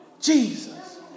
Jesus